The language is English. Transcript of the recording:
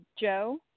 Joe